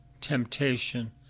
temptation